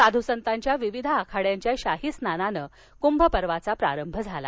साधू संतांच्या विविध आखाड्यांच्या शाही स्नानांनं कुंभ पर्वाचा प्रारंभ झाला